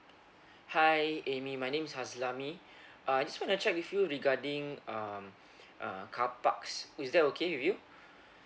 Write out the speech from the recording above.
hi Amy my name is haslami uh I just wanna check with you regarding um uh carparks is that okay with you